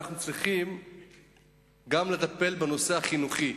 שאנו צריכים לטפל גם בנושא החינוכי.